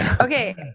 Okay